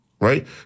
right